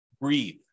Breathe